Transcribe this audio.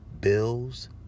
bills